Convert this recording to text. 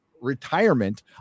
retirement